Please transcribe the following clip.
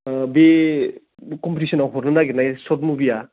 ओह बे कम्पितिसनआव हरनो नागिरनाय सर्थ मुभिआ